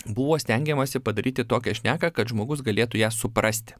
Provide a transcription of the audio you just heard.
buvo stengiamasi padaryti tokią šneką kad žmogus galėtų ją suprasti